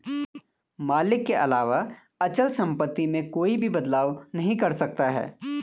मालिक के अलावा अचल सम्पत्ति में कोई भी बदलाव नहीं कर सकता है